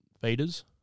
feeders